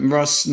Russ